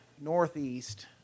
northeast